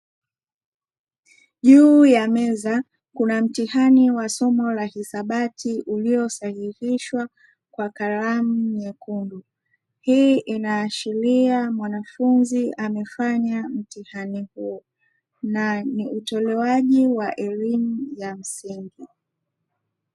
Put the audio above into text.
Juu ya meza kuna mtihani wa somo la Hisabati uliosahihishwa kwa kalamu nyekundu. Hii inaashiria mwanafunzi amefanya mtihani huo na ni utolewaji wa elimu ya msingi.